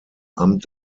amt